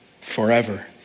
Forever